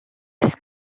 this